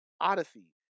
Odyssey